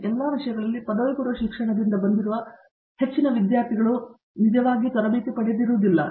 ಈ ಎಲ್ಲ ವಿಷಯಗಳಲ್ಲಿ ಪದವಿಪೂರ್ವ ಶಿಕ್ಷಣದಿಂದ ಬಂದಿರುವ ಹೆಚ್ಚಿನ ವಿದ್ಯಾರ್ಥಿಗಳು ಅದನ್ನು ನಿಜವಾಗಿಯೂ ತರಬೇತಿ ಪಡೆಯುವುದಿಲ್ಲ